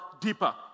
deeper